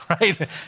right